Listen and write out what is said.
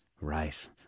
rice